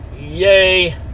Yay